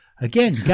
Again